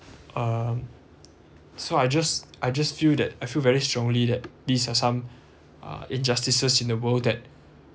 um so I just I just feel that I feel very strongly that these are some uh injustices in the world that